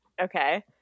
Okay